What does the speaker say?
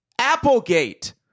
Applegate